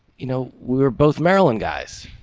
you know, we're both maryland guys.